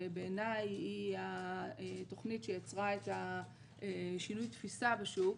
ובעיני היא התוכנית שיצרה את שינוי התפיסה בשוק,